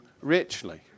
richly